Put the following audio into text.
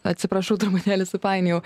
atsiprašau truputėlį supainiojau